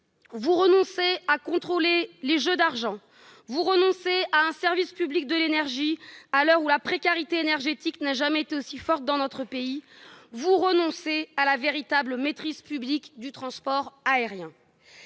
Vous renoncez à contrôler les jeux d'argent. Vous renoncez à un service public de l'énergie à l'heure ou la précarité énergétique n'a jamais été aussi forte dans notre pays. Vous renoncez à la véritable maîtrise publique du transport aérien.